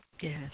Yes